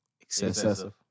Excessive